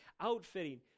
outfitting